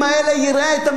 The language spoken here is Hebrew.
יראה את המאבק של